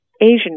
Asian